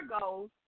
goals